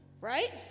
Right